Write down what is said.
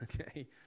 okay